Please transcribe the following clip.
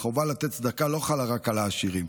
והחובה לתת צדקה לא חלה רק על העשירים.